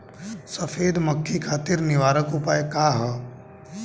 सफेद मक्खी खातिर निवारक उपाय का ह?